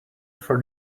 for